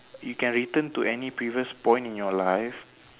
you can return to any previous point in your life